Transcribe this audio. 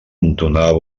entonava